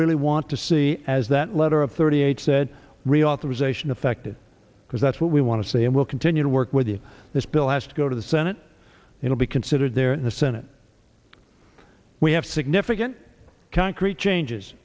really want to see as that letter of thirty eight said reauthorization affected because that's what we want to see and we'll continue to work with you this bill has to go to the senate it will be considered there in the senate we have significant concrete changes